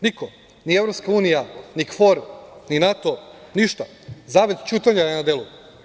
Niko, ni EU, ni KFOR, ni NATO, ništa, zavet ćutanja je na delu.